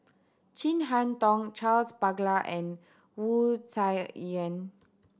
Chin Harn Tong Charles Paglar and Wu Tsai Yen